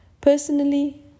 Personally